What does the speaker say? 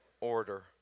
Order